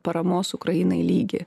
paramos ukrainai lygį